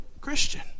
Christian